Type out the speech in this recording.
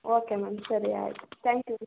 okay ma'am ಸರಿ ಆಯಿತು thank you